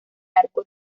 arco